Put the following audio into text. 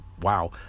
wow